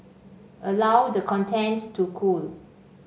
allow the contents to cool